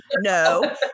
No